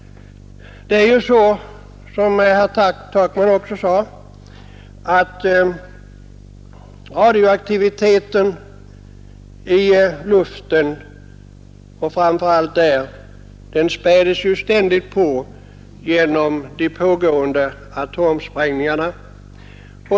Det är ju så, som herr Takman också sade, att radioaktiviteten framför allt i luften ständigt späds på genom de pågående atomsprängningarna.